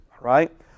right